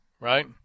right